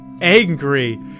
angry